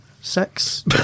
sex